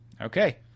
Okay